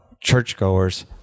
churchgoers